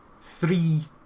three